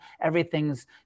Everything's